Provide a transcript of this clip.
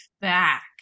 back